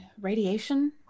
radiation